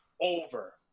over